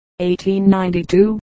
1892